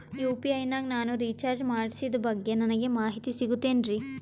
UPI ನಾಗ ನಾನು recharge ಮಾಡಿಸಿದ ಬಗ್ಗೆ ನನಗೆ ಮಾಹಿತಿ ಸಿಗುತೇನ್ರೀ?